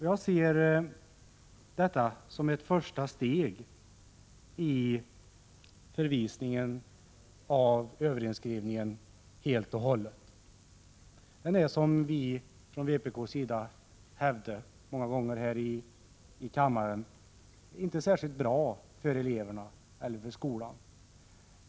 Jag ser detta som ett första steg när det gäller att helt och hållet få bort överinskrivningen. Överinskrivningen är, som vpk många gånger har hävdat här i kammaren, inte särskilt bra för eleverna eller för skolan.